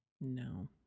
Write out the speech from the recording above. No